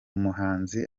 muhanzi